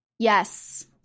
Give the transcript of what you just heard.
Yes